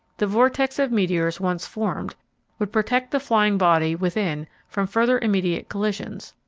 the vortex of meteors once formed would protect the flying body within from further immediate collisions,